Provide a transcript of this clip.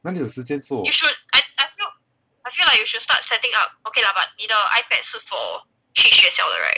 哪里有时间做